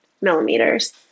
millimeters